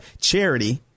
charity